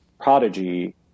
Prodigy